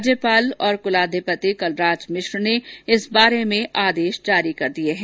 राज्यपाल और क्लाधिपति कलराज मिश्र ने इस बारे में आदेश जारी कर दिये हैं